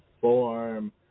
form